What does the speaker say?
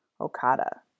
Okada